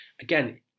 again